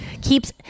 keeps